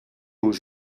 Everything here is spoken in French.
aux